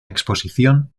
exposición